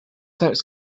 sex